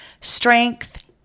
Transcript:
strength